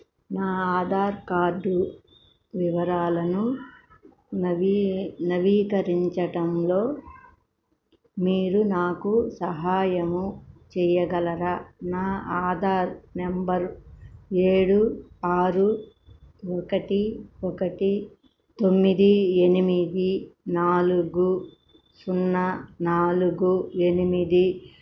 నా ఆధార్ కార్డు వివరాలను నవీ నవీకరించటంలో మీరు నాకు సహాయము చేయగలరా నా ఆధార్ నంబరు ఏడు ఆరు ఒకటి ఒకటి తొమ్మిది ఎనిమిది నాలుగు సున్నా నాలుగు ఎనిమిది